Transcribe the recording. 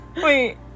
Wait